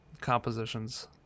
compositions